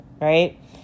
right